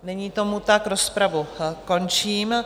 Není tomu tak, rozpravu končím.